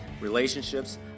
Relationships